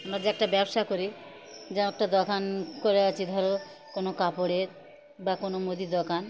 আমরা যে একটা ব্যবসা করি যেমন একটা দোকান করে আছি ধরো কোনো কাপড়ের বা কোনো মুদি দোকান